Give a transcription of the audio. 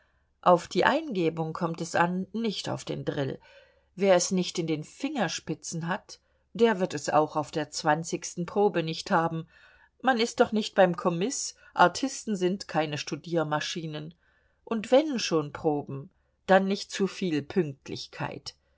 auf die eingebung kommt es an nicht auf den drill wer es nicht in den fingerspitzen hat der wird es auch auf der zwanzigsten probe nicht haben man ist doch nicht beim kommiß artisten sind keine studiermaschinen und wenn schon proben dann nicht zuviel pünktlichkeit